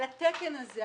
על התקן הזה,